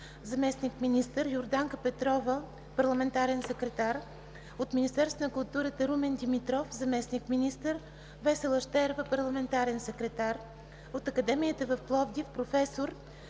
заместник-министър, Йорданка Петрова – парламентарен секретар; от Министерството на културата: Румен Димитров – заместник-министър, Весела Щерева – парламентарен секретар; от Академията в Пловдив: професор